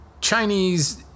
Chinese